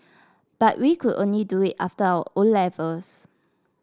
but we could only do it after our O levels